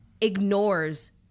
ignores